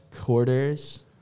quarters –